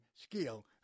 skill